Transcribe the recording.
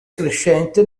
crescente